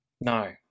No